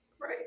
Right